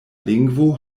lingvo